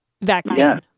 vaccine